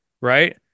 Right